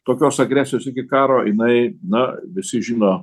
tokios agresijos iki karo jinai na visi žino